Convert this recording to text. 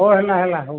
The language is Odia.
ହଉ ହେଲା ହେଲା ହଉ